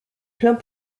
pleins